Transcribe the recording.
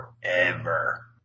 forever